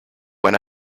when